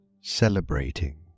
celebrating